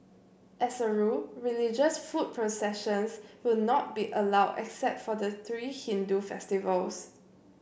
as a rule religious foot processions will not be allowed except for the three Hindu festivals